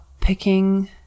picking